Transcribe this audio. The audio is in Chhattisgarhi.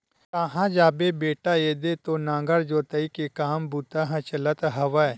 काँहा जाबे बेटा ऐदे तो नांगर जोतई के काम बूता ह चलत हवय